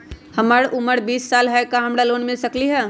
हमर उमर बीस साल हाय का हमरा लोन मिल सकली ह?